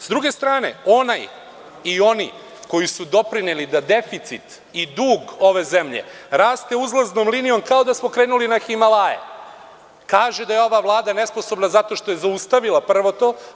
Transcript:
S druge strane, onaj i oni koji su doprineli da deficit i dug ove zemlje raste uzlaznom linijom kao da smo krenuli na Himalaje, kaže da je ova Vlada nesposobna zato što je zaustavila, prvo to.